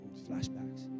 flashbacks